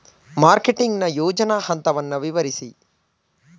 Marketing ನ ಯೋಜನಾ ಹಂತವನ್ನು ವಿವರಿಸಿ?